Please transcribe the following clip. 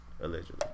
Allegedly